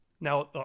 Now